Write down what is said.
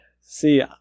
See